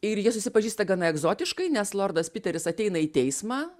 ir jie susipažįsta gana egzotiškai nes lordas piteris ateina į teismą